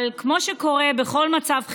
אבל כמו שקורה בכל מצב חירום,